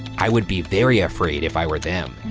i would be very afraid if i were them.